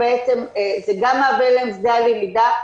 שזה גם מהווה להם שדה למידה,